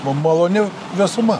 m maloni vėsuma